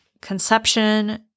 conception